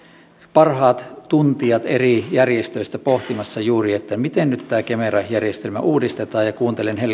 parhaat tuntijat eri järjestöistä pohtimassa juuri miten tämä kemera järjestelmä uudistetaan ja kuuntelen